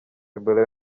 ebola